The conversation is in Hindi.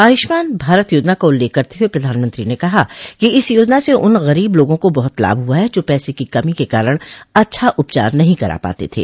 आयुष्मान भारत योजना का उल्लेख करते हुए प्रधानमंत्री ने कहा कि इस योजना से उन गरीब लोगों को बहुत लाभ हुआ है जो पैसे की कमी के कारण अच्छा उपचार नहीं करा पाते थे